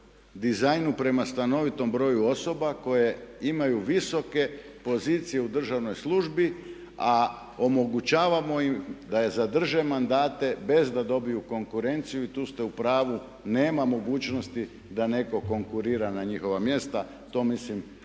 dizajnu prema stanovitom broju osoba koje imaju visoke pozicije u državnoj službi a omogućavamo im da zadrže mandate bez da dobiju konkurenciju i tu ste u pravu nema mogućnosti da neko konkurira na njihova mjesta. To mislim